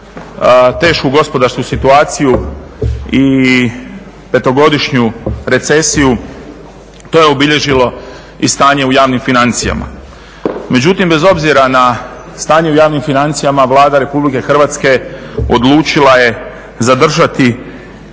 tešku gospodarsku situaciju i petogodišnju recesiju to je obilježilo i stanje u javnim financijama. Međutim bez obzira na stanje u javnim financijama Vlada RH odlučila je zadržati